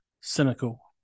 cynical